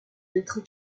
d’être